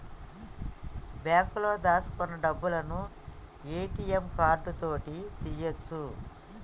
బాంకులో దాచుకున్న డబ్బులను ఏ.టి.యం కార్డు తోటి తీయ్యొచు